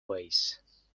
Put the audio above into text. ways